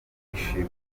twishime